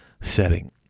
setting